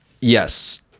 yes